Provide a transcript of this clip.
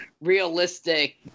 realistic